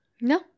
no